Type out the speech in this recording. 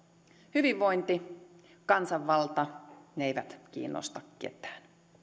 hyvinvointi kansanvalta ne eivät kiinnosta ketään